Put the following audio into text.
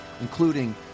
including